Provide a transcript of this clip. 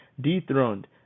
dethroned